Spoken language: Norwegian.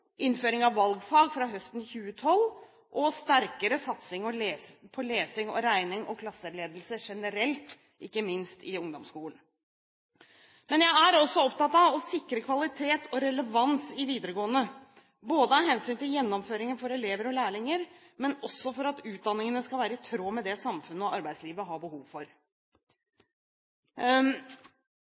innføring av valgfag fra høsten 2012 sterkere satsing på lesing, regning og klasseledelse generelt, ikke minst i ungdomsskolen Men jeg er også opptatt av å sikre kvalitet og relevans i videregående – både av hensyn til gjennomføringen for elever og lærlinger og også for at utdanningene skal være i tråd med det samfunnet og arbeidslivet har behov for.